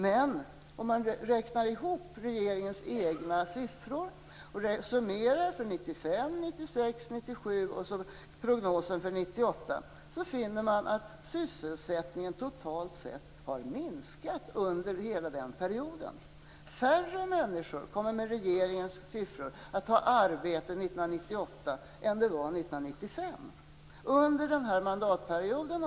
Men om man räknar ihop regeringens egna siffror från 1995, 1996, 1997 samt prognosen för 1998, så finner man att sysselsättningen totalt sett har minskat under hela denna period. Färre människor kommer enligt regeringens siffror att ha arbete 1998 än 1995.